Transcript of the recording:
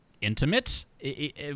intimate